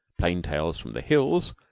plain tales from the hills,